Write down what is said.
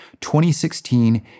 2016